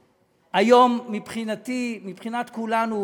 היום, מבחינתי, מבחינת כולנו,